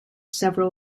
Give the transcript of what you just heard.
several